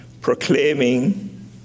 Proclaiming